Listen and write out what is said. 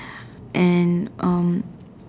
and um